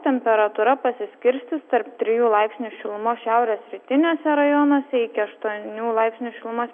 temperatūra pasiskirstys tarp trijų laipsnių šilumos šiaurės rytiniuose rajonuose iki aštuonių laipsnių šilumos